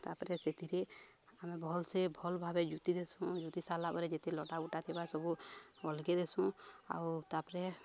ତାପରେ ସେଥିରେ ଆମେ ଭଲସେ ଭଲ୍ ଭାବେ ଜୁତି ଦେସୁଁ ଜୁତି ସାରିଲା ପରେ ଯେତେ ଲଟା ବୁଟା ଥିବା ସବୁ ଅଲଗେଇ ଦେସୁଁ ଆଉ ତାପରେ